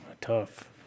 tough